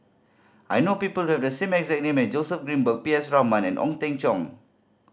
I know people who have the same exact name as Joseph Grimberg P S Raman and Ong Teng Cheong